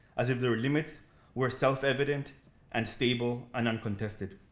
as if their limits were self-evident and stable and uncontested.